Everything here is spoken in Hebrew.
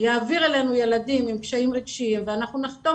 יעביר אלינו ילדים עם קשיים רגשיים ואנחנו נחתום